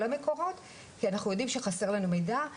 המקורות כי אנחנו יודעים שחסר לנו מידע,